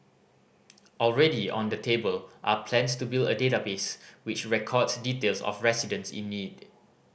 already on the table are plans to build a database which records details of residents in need